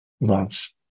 loves